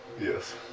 Yes